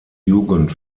jugend